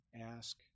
Ask